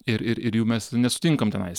ir ir jų mes nesutinkam tenais